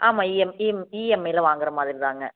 ஆமாம் EM EM EMI வாங்குகிற மாதிரிதாங்க